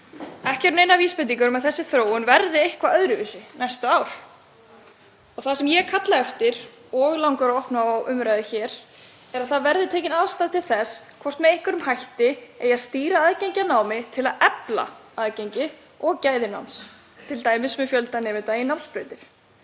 Ekki eru neinar vísbendingar um að þessi þróun verði eitthvað öðruvísi næstu ár. Það sem ég kalla eftir og langar að opna hér á umræðu um er að tekin verði afstaða til þess hvort með einhverjum hætti eigi að stýra aðgengi að námi til að efla aðgengi og gæði náms, t.d. með fjölda nemenda á námsbrautum.